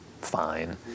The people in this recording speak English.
fine